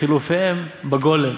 וחילופיהן בגולם.